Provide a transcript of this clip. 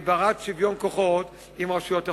ובשוויון כוחות עם רשויות החוק.